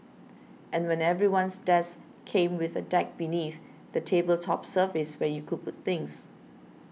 and when everyone's desk came with a deck beneath the table's top surface where you could put things